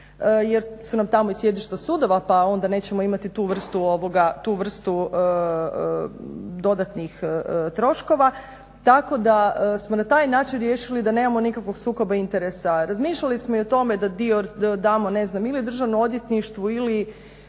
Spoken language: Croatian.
jer su nam tamo i sjedišta sudova pa onda nećemo imati tu vrstu dodatnih troškova tako da smo na taj način riješili da nemamo nikakvog sukoba interesa. Razmišljali smo i o tome da dio damo ne znam ili državnom odvjetništvu ili